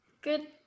Good